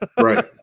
right